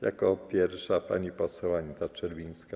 Jako pierwsza pani poseł Anita Czerwińska.